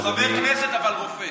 הוא חבר כנסת, אבל רופא.